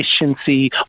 efficiency